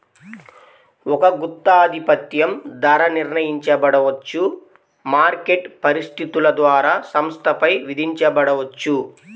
ఒక గుత్తాధిపత్యం ధర నిర్ణయించబడవచ్చు, మార్కెట్ పరిస్థితుల ద్వారా సంస్థపై విధించబడవచ్చు